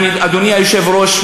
אדוני היושב-ראש,